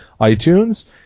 iTunes